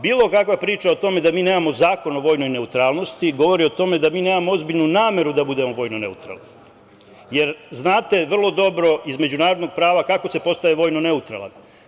Bilo kakva priča o tome da mi nemamo Zakon o vojnoj neutralnosti govori o tome da mi nemamo ozbiljnu nameru da budemo vojno neutralni, jer znate vrlo dobro iz međunarodnog prava kako se postaje vojno neutralan.